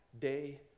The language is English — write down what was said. day